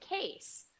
case